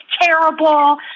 terrible